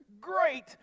great